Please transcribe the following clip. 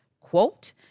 quote